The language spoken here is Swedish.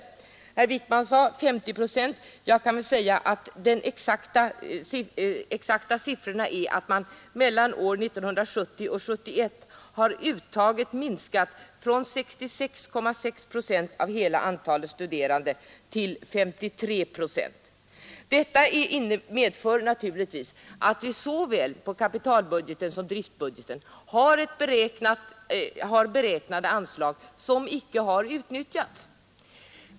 Herr Wijkman sade att det nu rörde sig om 50 procent; jag kan säga att de exakta siffrorna är att mellan år 1970 och år 1971 har uttaget minskat från 66,6 procent av hela antalet studerande till 53 procent. Detta medför naturligtvis att vi såväl på kapitalbudgeten som på driftbudgeten har beräknade anslag som icke har utnyttjats.